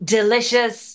Delicious